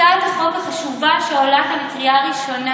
הצעת החוק החשובה שעולה כאן לקריאה ראשונה